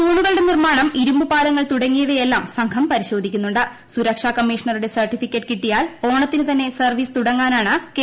തൂണുകളുടെ നിർമ്മാണം ഇരുമ്പുപാലങ്ങൾ തുടങ്ങിയവയെല്ലാം സംഘം സുരക്ഷ കമ്മീഷണറുടെ സർട്ടിഫിക്കറ്റ് കിട്ടിയാൽ ഓണത്തിനു തന്നെ സർവീസ് തുടങ്ങാനാണ് കെ